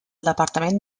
departament